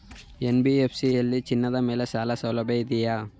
NBFC ಯಲ್ಲಿ ಚಿನ್ನದ ಮೇಲೆ ಸಾಲಸೌಲಭ್ಯ ಇದೆಯಾ?